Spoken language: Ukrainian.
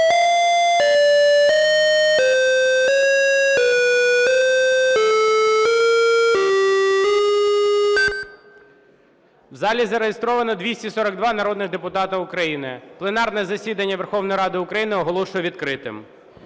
У залі зареєстровано 242 народні депутати України. Пленарне засідання Верховної Ради України оголошую відкритим.